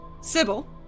Sybil